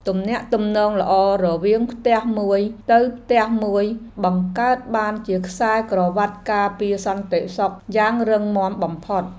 ទំនាក់ទំនងល្អរវាងផ្ទះមួយទៅផ្ទះមួយបង្កើតបានជាខ្សែក្រវាត់ការពារសន្តិសុខយ៉ាងរឹងមាំបំផុត។